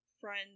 friend's